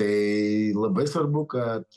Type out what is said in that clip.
tai labai svarbu kad